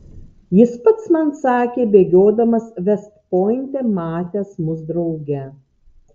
jis pats man sakė bėgiodamas vest pointe matęs mus drauge